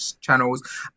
channels